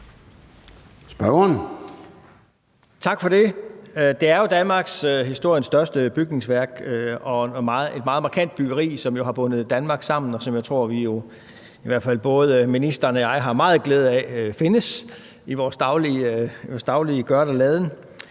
(KF): Tak for det. Det er jo danmarkshistoriens største bygningsværk og et meget markant byggeri, som har bundet Danmark sammen, og som jeg tror både ministeren og jeg har meget glæde af findes i vores daglige gøren og laden.